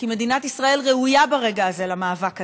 כי מדינת ישראל ראויה ברגע הזה למאבק הזה.